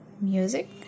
music